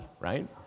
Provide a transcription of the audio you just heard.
right